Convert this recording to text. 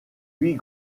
huit